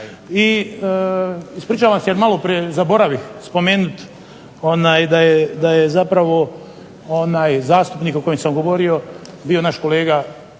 I ispričavam se, maloprije zaboravih spomenuti da je zapravo zastupnik o kojem sam govorio bio naš kolega